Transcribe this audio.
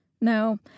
No